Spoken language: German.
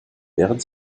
während